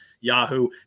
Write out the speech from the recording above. Yahoo